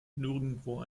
nirgendwo